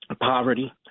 poverty